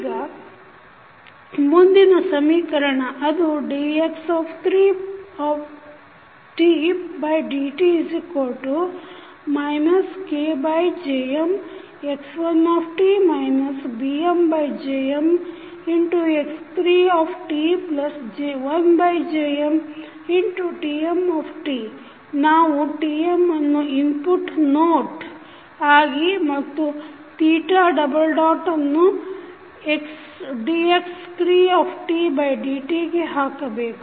ಈಗ ಮುಂದಿನ ಸಮೀಕರಣ ಅದು dx3dt KJmx1t BmJmx3t1JmTm ನಾವು Tm ಅನ್ನು ಇನ್ಪುಟ್ ನೋಟ್ ಆಗಿ ಮತ್ತು m ಯನ್ನು dx3dt ಗೆ ಹಾಕಬೇಕು